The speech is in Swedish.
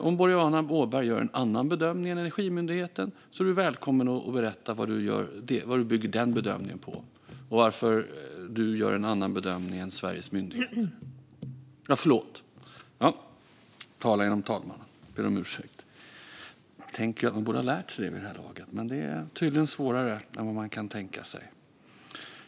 Om Boriana Åberg gör en annan bedömning än Energimyndigheten är hon välkommen att berätta vad hon bygger bedömningen på och varför hon gör en annan bedömning än Sveriges myndighet.